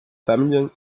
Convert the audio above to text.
feminine